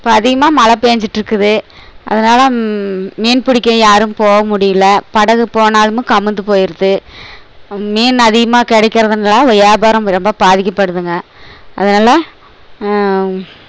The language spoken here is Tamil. இப்போது அதிகமாக மழை பெஞ்சிட்டு இருக்குது அதனால் மீன் பிடிக்க யாரும் போக முடியலை படகு போனாலும் கவிந்து போயிடுது மீன் அதிகமாக கிடைக்கிறதும் இல்லை வியாபாரம் ரொம்ப பாதிக்கப்படுதுங்க அதனால்